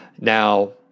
Now